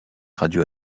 radios